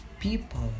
people